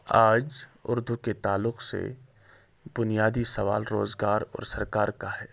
آج اردو کے تعلق سے بنیادی سوال روزگار اور سرکار کا ہے